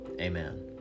Amen